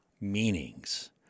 meanings